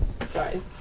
Sorry